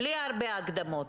בלי הרבה הקדמות.